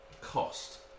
cost